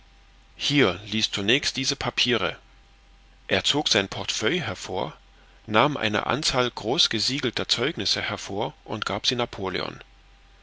hier lies zunächst diese papiere er zog sein portefeuille hervor nahm eine anzahl groß gesiegelter zeugnisse hervor und gab sie napoleon